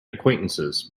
acquaintances